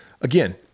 Again